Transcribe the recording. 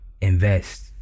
invest